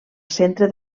centre